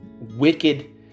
wicked